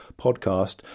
podcast